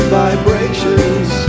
vibrations